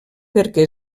perquè